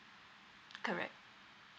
correct